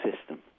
system